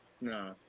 no